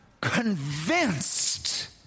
convinced